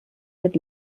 mit